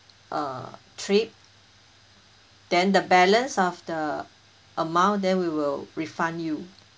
uh trip then the balance of the amount then we will refund you